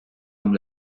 amb